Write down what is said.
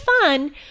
fun